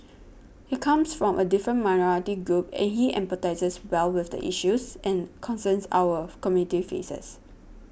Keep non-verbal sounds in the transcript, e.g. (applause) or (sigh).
he comes from a different minority group and he empathises well with the issues and concerns our (noise) community faces